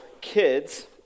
kids